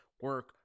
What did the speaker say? Work